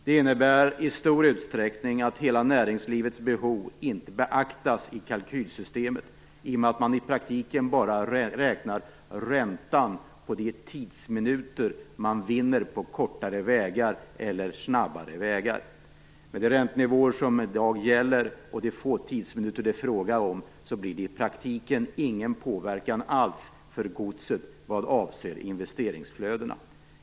Det innebär i stor utsträckning att hela näringslivets behov inte beaktas i kalkylsystemet i och med att man i praktiken bara räknar räntan på de tidsminuter man vinner på kortare vägar eller vägar där man kan köra snabbare. Med de räntenivåer som i dag gäller och de få tidsminuter det är fråga om blir det i praktiken ingen påverkan alls för godset vad avser investeringsflödena.